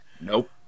nope